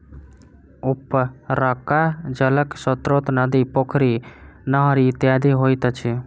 उपरका जलक स्रोत नदी, पोखरि, नहरि इत्यादि होइत अछि